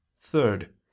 Third